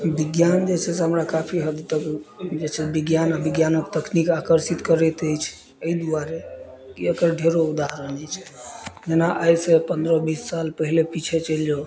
विज्ञान जे छै से हमरा काफी हद तक जे छै से विज्ञान आ विज्ञानक तकनीक आकर्षित करैत अछि एहि दुआरे कि एकर ढेरो उदाहरण अछि जेना आइ से पन्द्रह बीस साल पहिले पीछे चलि जाउ